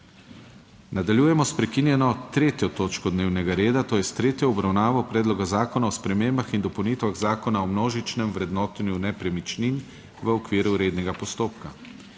**Nadaljujemo s****prekinjeno 3. točko dnevnega reda**, **to je s tretjo obravnavo Predloga zakona o spremembah in dopolnitvah Zakona o množičnem vrednotenju nepremičnin v okviru rednega postopka.**